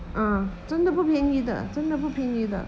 ah 真的不便宜的真的不便宜的